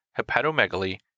hepatomegaly